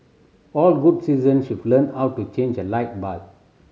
all good citizens should learn how to change a light bulb